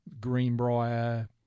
Greenbrier